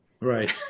Right